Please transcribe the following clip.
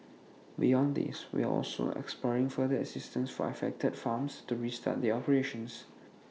beyond these we are also exploring further assistance for affected farms to restart their operations